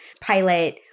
pilot